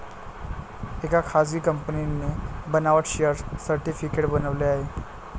एका खासगी कंपनीने बनावट शेअर सर्टिफिकेट बनवले आहे